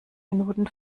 minuten